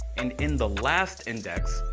and in the last index,